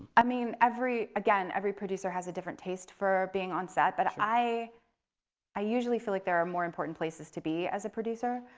i mean again, every producer has a different taste for being on set, but i i usually feel like there are more important places to be as a producer.